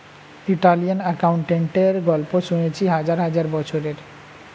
Italian অ্যাকাউন্টেন্টের গল্প শুনেছি হাজার হাজার বছরের